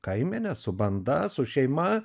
kaimene su banda su šeima